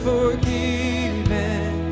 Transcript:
forgiven